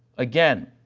again,